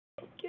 Okay